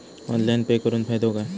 Online pay करुन फायदो काय?